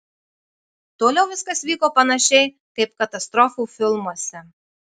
toliau viskas vyko panašiai kaip katastrofų filmuose